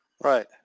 Right